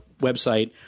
website